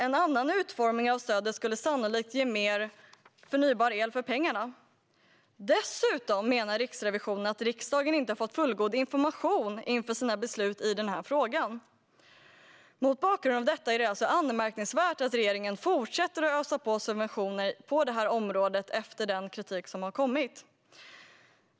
En annan utformning av stöden skulle sannolikt givit mer förnybar el för pengarna." Riksrevisionen menar dessutom att riksdagen inte har fått fullgod information inför sina beslut i frågan. Mot bakgrund av detta är det anmärkningsvärt att regeringen fortsätter att ösa på med subventioner på detta område, efter den kritik som har kommit.